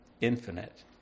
infinite